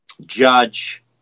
judge